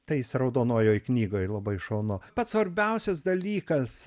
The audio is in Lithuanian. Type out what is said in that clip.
tai jis raudonojoj knygoj labai šaunu pats svarbiausias dalykas